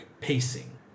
pacing